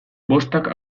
bostak